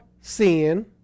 sin